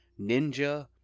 ninja